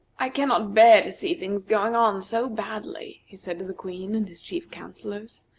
i cannot bear to see things going on so badly, he said to the queen and his chief councillors.